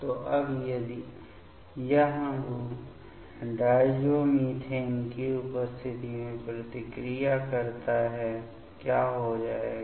तो अब यदि यह अणु डायज़ोमिथेन की उपस्थिति में प्रतिक्रिया करता है क्या हो जाएगा